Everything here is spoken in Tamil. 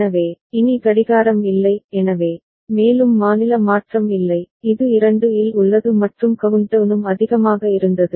எனவே இனி கடிகாரம் இல்லை எனவே மேலும் மாநில மாற்றம் இல்லை இது 2 இல் உள்ளது மற்றும் கவுண்ட்டவுனும் அதிகமாக இருந்தது